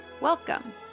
welcome